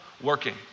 working